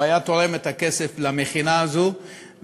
הוא היה תורם את הכסף למכינה הזו,